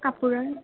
কাপোৰৰ